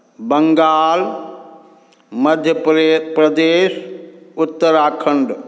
Bengal Madhya Pradesh Uttarakhand